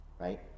right